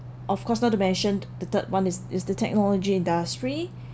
of course not to mention the third one is is the technology industry